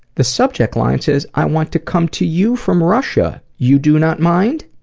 the subject line says i want to come to you from russia. you do not mind?